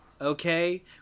okay